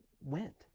went